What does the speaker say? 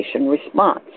response